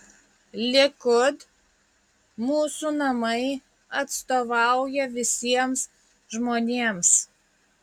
likud mūsų namai atstovauja visiems žmonėms